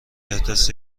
احداث